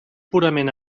purament